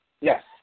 Yes